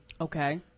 Okay